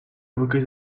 évoquer